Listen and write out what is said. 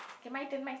okay my turn my